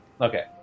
Okay